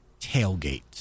tailgate